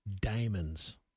diamonds